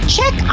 Check